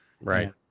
right